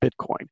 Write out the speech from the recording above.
Bitcoin